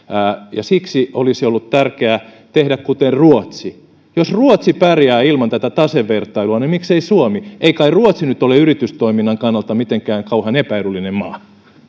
siksi olisi ollut tärkeää tehdä kuten ruotsi jos ruotsi pärjää ilman tätä tasevertailua niin miksei suomi ei kai ruotsi nyt ole yritystoiminnan kannalta mitenkään kauhean epäedullinen maa